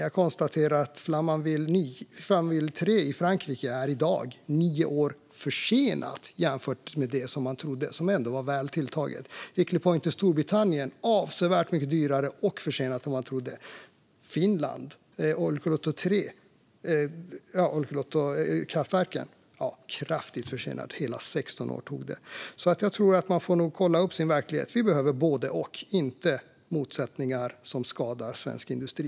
Jag konstaterar också att Flamanville 3 i Frankrike i dag är nio år försenat jämfört med vad man trodde, vilket ändå var väl tilltaget. Hinkley Point i Storbritannien blir avsevärt mycket dyrare och blir färdigt mycket senare än vad man trodde. I Finland är Olkiluoto 3 kraftigt försenat - hela 16 år tog det. Jag tror att man får kolla upp sin verklighet. Vi behöver både och, inte motsättningar som skadar svensk industri.